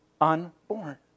unborn